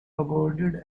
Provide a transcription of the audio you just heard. abraded